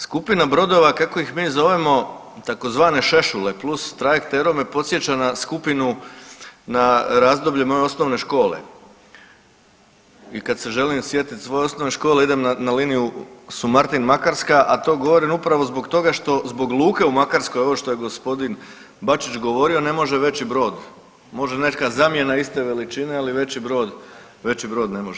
Skupina brodova kako ih mi zovemo tzv. šešule plus trajekt Ero me podsjeća na skupinu na razdoblje moje osnovne škole i kad se želim sjetiti svoje osnovne škole idem na liniju Sumartin-Makarska, a to govorim upravo zbog toga što zbog luke u Makarskoj ovo što je g. Bačić govorio ne može veći brod, može neka zamjena iste veličine, ali veći brod ne može.